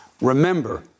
Remember